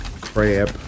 crab